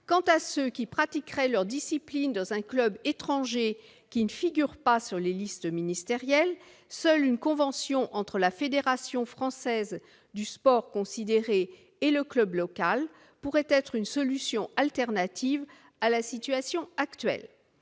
Quant à ceux qui pratiqueraient leur discipline dans un club étranger qui ne figure pas sur les listes ministérielles, seule une convention entre la fédération française du sport considéré et le club local pourrait être une solution alternative à la situation actuelle.